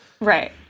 Right